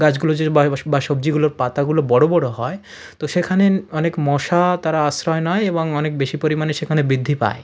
গাছগুলো যে বা বা সবজিগুলোর পাতাগুলো বড় বড় হয় তো সেখানে অনেক মশা তারা আশ্রয় নেয় এবং অনেক বেশি পরিমাণে সেখানে বৃদ্ধি পায়